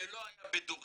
זה לא היה בדורי.